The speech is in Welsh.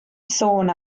sôn